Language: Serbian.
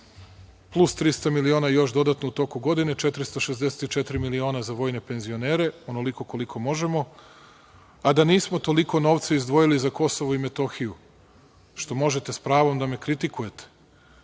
plus 300 miliona dodatno u toku godine, 464 miliona za vojne penzionere, onoliko koliko možemo, a da nismo toliko novca izdvojili za KiM, što možete sa pravom da me kritikujete. Onda